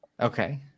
Okay